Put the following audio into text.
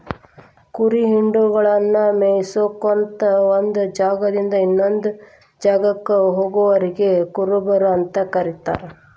ಕುರಿ ಹಿಂಡಗಳನ್ನ ಮೇಯಿಸ್ಕೊತ ಒಂದ್ ಜಾಗದಿಂದ ಇನ್ನೊಂದ್ ಜಾಗಕ್ಕ ಹೋಗೋರಿಗೆ ಕುರುಬರು ಅಂತ ಕರೇತಾರ